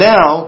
Now